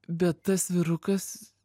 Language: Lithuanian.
bet tas vyrukas